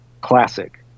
classic